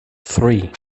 three